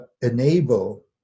enable